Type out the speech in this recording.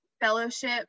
fellowship